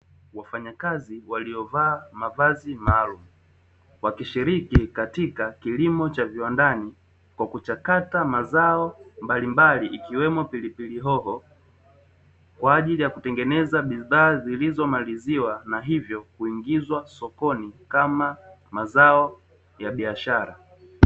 Wafanyakazi waliovaa mavazi maalumu, wakishiriki katika kilimo cha viwandani kwa kuchakata mazao mbalimbali ikiwemo pilipili hoho, kwa ajili ya kutengeneza bidhaa zilizomaliziwa, na hivyo kuingizwa sokoni, kama mazao ya biashara.